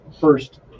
first